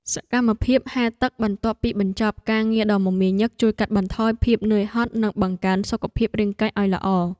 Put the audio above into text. សកម្មភាពហែលទឹកបន្ទាប់ពីបញ្ចប់ការងារដ៏មមាញឹកជួយកាត់បន្ថយភាពនឿយហត់និងបង្កើនសុខភាពរាងកាយឱ្យល្អ។